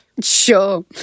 Sure